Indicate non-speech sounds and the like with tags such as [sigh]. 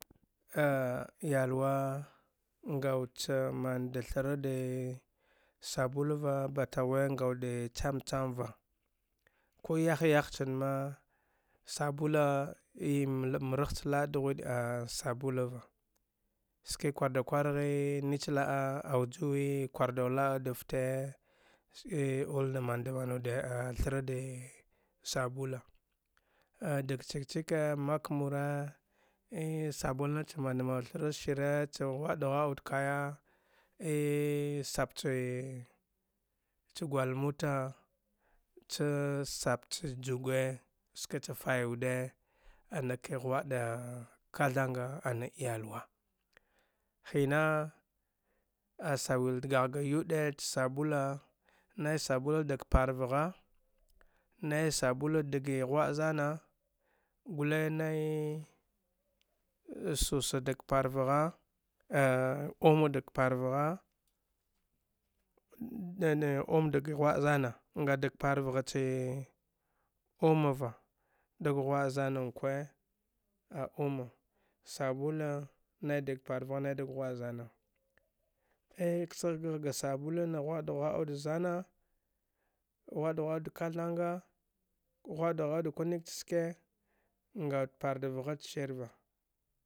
[hesitation] iyalwa nga wud cha manda thra dee sabulava batagh we nga wul cham chamva ku yah yah chan ma sabula ei marah cha la’a dghwiɗ a sabula va ski kwar da kwar ghee nich la’a aujuwi kwar daw la’a dafte ei oui da man da manu wude a thra dee sabula a dag chik ckiee mak mure ei sabula nacha manda manud thrad dashire cha ghwa’a da ghwa’a wude kaya ei sap chee cha gwalamuta ch sap cha jugwe ska cha fayi wude ana ke ghwai da kathanga ana iyalwa hina asawil dagagh ga yuɗe cha sabula nai sabula dak par vgha [hesitation] omo dag par vgha [hesitation] om dag ghwaa zaana nga dag par vgh chee om va dag ghawaa zana nkwe a oma sabula nai dag parvgha nai gag ghwaa zana a ksagagh ga sabula na ghawa’a da ghwa’a wud zana ghwaa’ da ghwaa kunik cha ske nga wud parda vgha da shirva.